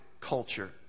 culture